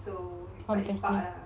so quite lepak lah